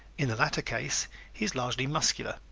in the latter case he is largely muscular,